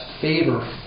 favor